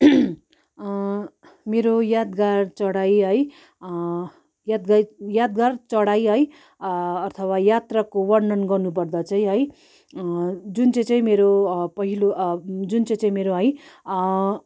मेरो यादगार चडाइ है यादगार यादगार चडाइ है अथवा यात्राको वर्णन गर्नु पर्दा चाहिँ है जुन चाहिँ चाहिँ मेरो पहिलो जुन चाहिँ चाहिँ मेरो है